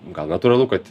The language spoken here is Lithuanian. gal natūralu kad